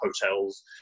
hotels